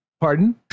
pardon